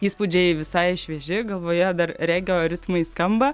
įspūdžiai visai švieži galvoje dar regio ritmai skamba